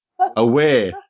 aware